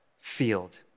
field